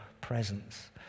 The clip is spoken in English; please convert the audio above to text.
presence